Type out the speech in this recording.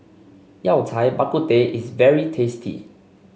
Yao Cai Bak Kut Teh is very tasty